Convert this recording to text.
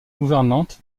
gouvernante